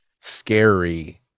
scary